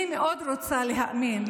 אני מאוד רוצה להאמין.